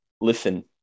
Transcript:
listen